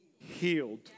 healed